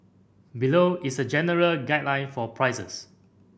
below is a general guideline for prices